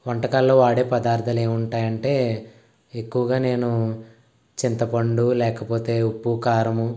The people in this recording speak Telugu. వంటకాల్లో వాడే పదార్థాలు ఏం ఉంటాయంటే ఎక్కువగా నేను చింతపండు లేకపోతే ఉప్పు కారము